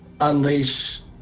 unleash